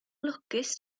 lwcus